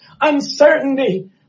uncertainty